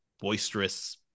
boisterous